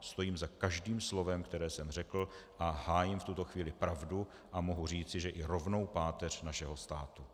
Stojím za každým slovem, které jsem řekl, a hájím v tuto chvíli pravdu a mohu říci, že i rovnou páteř našeho státu.